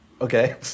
Okay